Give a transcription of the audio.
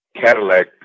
Cadillac